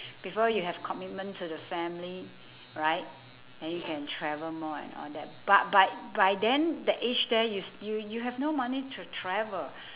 before you have commitment to the family right then you can travel more and all that but but by then the age there you s~ you you have no money to travel